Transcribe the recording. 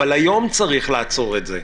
היום צריך לעצור את זה,